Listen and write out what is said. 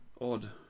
odd